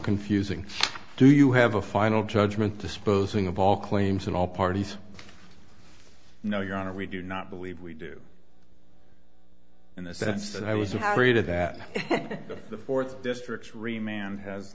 confusing do you have a final judgment disposing of all claims and all parties know your honor we do not believe we do in the sense that i was afraid of that the fourth district re man has